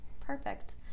Perfect